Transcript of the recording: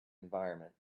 environment